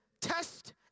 test